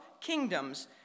kingdoms